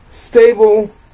stable